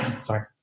sorry